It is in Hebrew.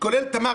כולל תמר,